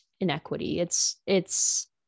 Inequity—it's—it's